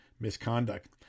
misconduct